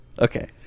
Okay